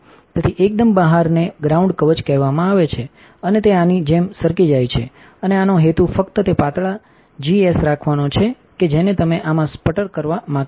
તેથી એકદમ બહારને ગ્રાઉન્ડ કવચ કહેવામાં આવે છે અને તે આની જેમ સરકી જાય છે અને આનો હેતુ ફક્ત તે પાતળાજીએસરાખવાનો છેકે જેને તમે આમાં સ્પટર કરવા માંગતા નથી